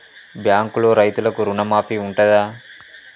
బ్యాంకులో రైతులకు రుణమాఫీ ఉంటదా?